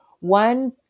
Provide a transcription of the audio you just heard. One